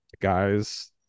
guys